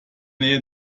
nähe